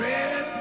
Red